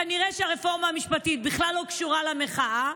כנראה שהרפורמה המשפטית בכלל לא קשורה למחאה.